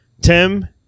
tim